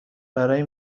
برای